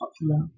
popular